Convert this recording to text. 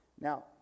Now